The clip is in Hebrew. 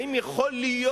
האם יכול להיות,